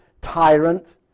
tyrant